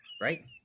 right